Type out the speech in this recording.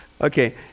Okay